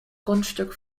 grundstück